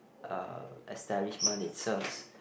uh establishment it serves